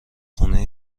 خونه